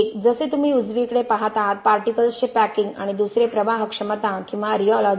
एक जसे तुम्ही उजवीकडे पहात आहात पार्टिकल्स चे पॅकिंग आणि दुसरे प्रवाहक्षमता किंवा रिओलॉजी